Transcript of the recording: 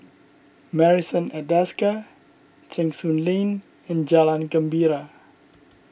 Marrison at Desker Cheng Soon Lane and Jalan Gembira